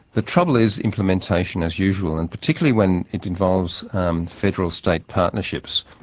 the trouble is implementation as usual and particularly when it involves federal state partnerships.